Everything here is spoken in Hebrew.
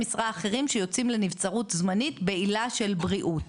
משרה אחרים שיוצאים לנבצרות זמנית בעילה של בריאות.